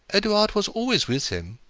edouard was always with him.